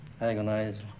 agonized